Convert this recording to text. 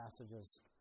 passages